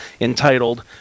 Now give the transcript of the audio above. entitled